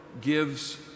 gives